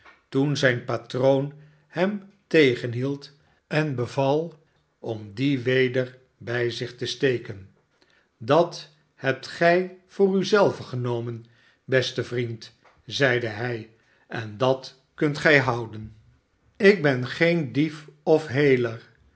toen zijn patroon hem tegenhield en beval om die i weder bij zich te steken dat hebt gij voor u zelven genomen beste vriend zeide hij en dat kunt gij houden ik ben geen dief of heler